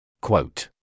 Quote